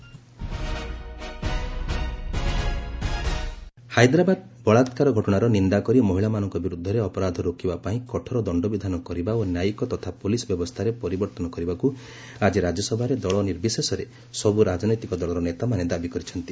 RS Hyderabad rape ହାଇଦ୍ରାବଦା ବଳାକ୍କାର ଘଟଣାର ନିନ୍ଦା କରି ମହିଳାମାନଙ୍କ ବିରୋଧରେ ଅପରାଧକୁ ରୋକିବା ପାଇଁ କଠୋର ଦଶ୍ଚବିଧାନ କରିବା ଓ ନ୍ୟାୟିକ ତଥା ପୁଲିସ୍ ବ୍ୟବସ୍ଥାରେ ପରିବର୍ତ୍ତନ କରିବାକୁ ଆଜି ରାଜ୍ୟସଭାରେ ଦଳ ନିର୍ବିଶେଷରେ ସବୁ ରାଜନୈତିକ ଦଳର ନେତାମାନେ ଦାବି କରିଛନ୍ତି